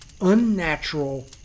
unnatural